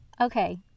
Okay